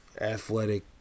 athletic